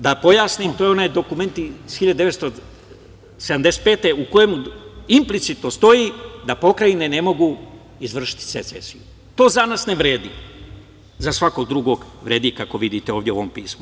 Da pojasnim, to je onaj dokument, iz 1975. godine, u kojem implicitno stoji da pokrajine ne mogu izvršiti secesiju i to za nas ne vredi, za svakog drugog vredi, kako vidite u ovom pismu.